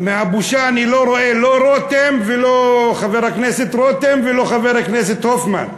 אני לא רואה לא חבר הכנסת רותם ולא חבר הכנסת הופמן.